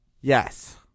Yes